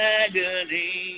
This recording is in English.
agony